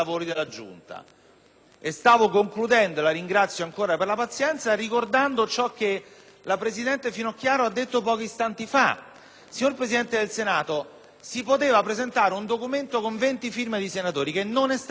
Stavo concludendo - la ringrazio ancora per la pazienza -, ricordando ciò che la presidente Finocchiaro ha detto pochi istanti fa. Signor Presidente del Senato, si poteva presentare un documento con 20 firme di senatori, che però non è stato presentato.